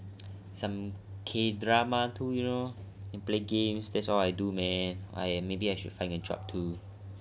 some K drama too you know play games that's all I do man maybe I should find a job too